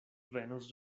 venos